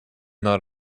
not